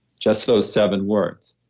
just those seven words.